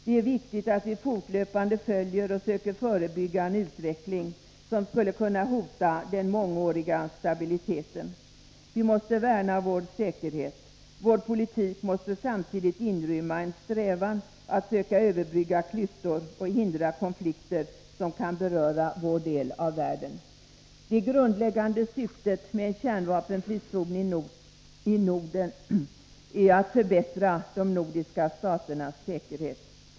Det är viktigt att vi fortlöpande följer och söker förebygga en utveckling som skulle kunna hota den mångåriga stabiliteten. Vi måste värna vår säkerhet. Vår politik måste samtidigt inrymma en strävan att söka överbrygga klyftor och hindra konflikter som kan beröra vår del av världen. Det grundläggande syftet med en kärnvapenfri zon i Norden är att förbättra de nordiska staternas säkerhet.